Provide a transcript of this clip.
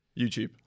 YouTube